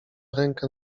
rękę